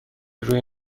روی